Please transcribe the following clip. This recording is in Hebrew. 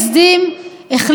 מאז לא הצליחו,